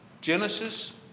Genesis